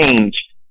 change